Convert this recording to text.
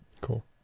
Cool